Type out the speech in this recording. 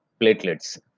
platelets